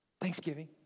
Thanksgiving